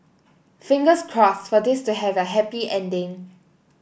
fingers crossed for this to have a happy ending